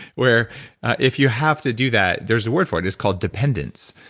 where if you have to do that there's a word for it. it's called dependence.